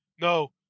No